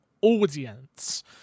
audience